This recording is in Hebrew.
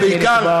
ובעיקר,